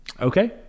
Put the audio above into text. Okay